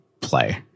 play